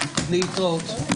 להתראות.